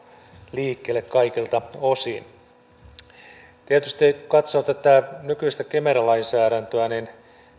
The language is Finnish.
liikkeelle kaikilta osin kun katsoo tätä nykyistä kemera lainsäädäntöä niin